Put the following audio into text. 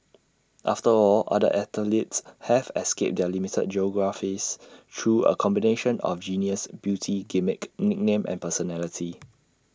after all other athletes have escaped their limited geographies through A combination of genius beauty gimmick nickname and personality